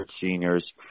seniors